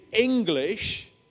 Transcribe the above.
English